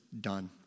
done